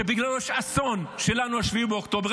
שבגללו יש האסון של 7 באוקטובר,